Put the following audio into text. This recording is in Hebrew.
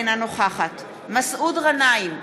אינה נוכחת מסעוד גנאים,